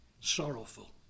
sorrowful